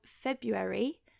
February